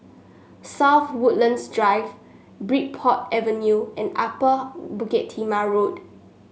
South Woodlands Drive Bridport Avenue and Upper Bukit Timah Road